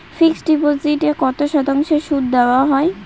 Fixed ডিপোজিটে কত শতাংশ সুদ দেওয়া হয়?